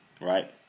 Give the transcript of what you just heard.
Right